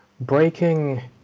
breaking